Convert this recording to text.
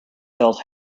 felt